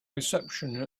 reception